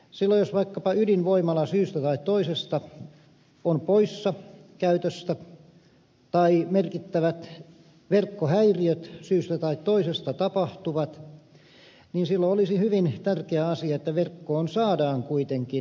silloin jos vaikkapa ydinvoimala syystä tai toisesta on poissa käytöstä tai merkittävät verkkohäiriöt syystä tai toisesta tapahtuvat olisi hyvin tärkeä asia että verkkoon saadaan kuitenkin sähköä